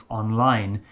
online